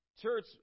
church